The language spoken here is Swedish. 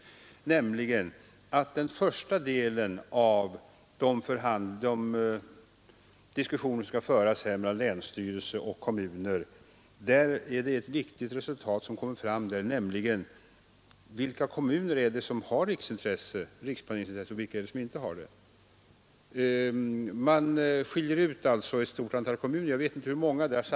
Jag syftar på att det är viktigt att man i den första delen av de diskussioner, som skall föras mellan länsstyrelser och kommuner, slår fast vilka kommuner som har riksplaneringsintresse och vilka som inte har det. Man skiljer alltså ut ett stort antal kommuner. Jag vet inte riktigt hur många det gäller.